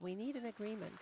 we need an agreement